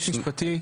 המשפטי.